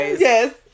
Yes